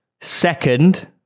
second